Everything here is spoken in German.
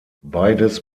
beides